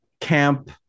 camp